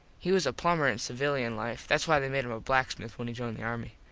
he was a plumber in civilian life. thats why they made him a blacksmith when he joined the army.